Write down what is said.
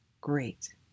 Great